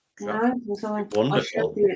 Wonderful